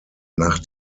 nach